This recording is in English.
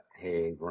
hey